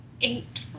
Eight